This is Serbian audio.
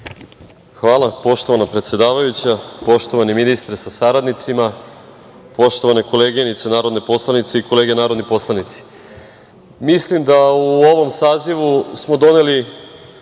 Hvala, poštovana predsedavajuća. Poštovani ministre sa saradnicima, poštovane koleginice narodne poslanice i kolege narodni poslanici, mislim da u ovom sazivu smo doneli